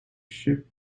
ship